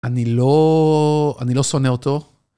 אני לא... אני לא שונא אותו.